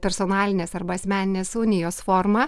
personalinės arba asmeninės unijos forma